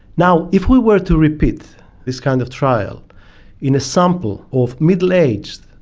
now, if we were to repeat this kind of trial in a sample of middle aged,